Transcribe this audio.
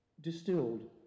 distilled